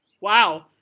wow